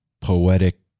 poetic